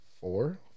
Four